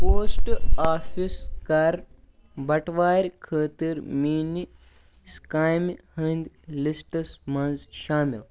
post office کر بٹوارِ خٲطرٕ میٲنِس کامہِ ہندۍ لسٹس منز شامل